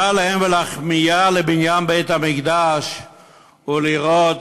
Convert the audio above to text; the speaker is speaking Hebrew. מה להן ולכמיהה לבניין בית-המקדש ולראות